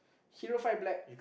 Hero five black